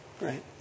right